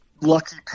Lucky